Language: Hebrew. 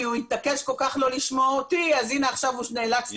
כי הוא התעקש כל כך לא לשמוע אותי אז הנה עכשיו הוא נאלץ לשמוע.